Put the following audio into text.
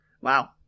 Wow